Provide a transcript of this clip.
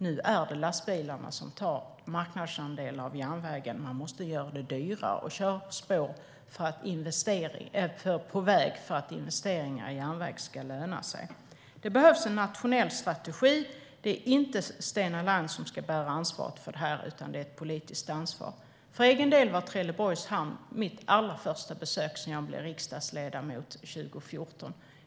Nu är det lastbilarna som tar marknadsandelar av järnvägen. Man måste göra det dyrare att köra på väg för att investeringar i järnväg ska löna sig. Det behövs en nationell strategi. Det är inte Stena Line som ska bära ansvaret för det här, utan det är ett politiskt ansvar. Det var i Trelleborgs hamn jag gjorde mitt allra första besök som riksdagsledamot efter valet 2014.